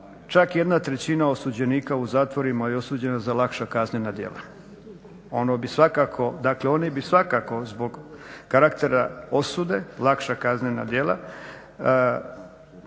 čak jedna trećina osuđenika u zatvorima je osuđena za lakša kaznena djela. Ono bi svakako, dakle oni bi svakako zbog karaktera osude lakša kaznena djela